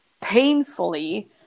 painfully